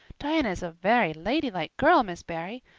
diana is a very ladylike girl, miss barry.